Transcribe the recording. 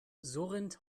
surrend